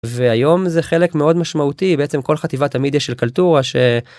והיום זה חלק מאוד משמעותי בעצם כל חטיבת המידיה של קלטורה.